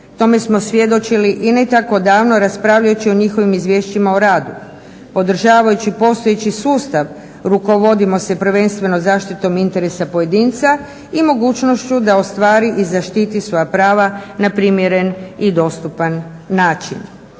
Tome smo svjedočili i ne tako davno raspravljajući o njihovim izvješćima o radu. Podržavajući postojeći sustav rukovodimo se prvenstveno zaštitom interesa pojedinca i mogućnošću da ostvari i zaštiti svoja prava na primjeren i dostupan način.